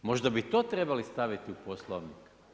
Možda bi to trebali staviti u Poslovnik.